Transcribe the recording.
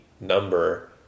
number